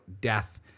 death